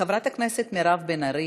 חברת הכנסת מירב בן ארי,